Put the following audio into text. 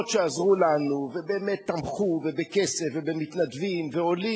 שעזרו ובאמת תמכו בכסף ובמתנדבים ועולים.